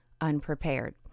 unprepared